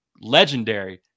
legendary